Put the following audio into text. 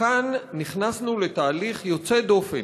וכאן נכנסנו לתהליך יוצא דופן,